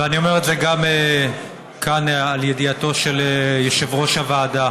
ואני אומר את זה כאן גם על דעתו של יושב-ראש הוועדה: